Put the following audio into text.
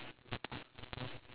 lagi dua minit